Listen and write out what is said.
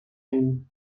ell